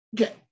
Okay